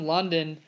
London